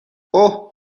اوه